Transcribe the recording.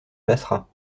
passera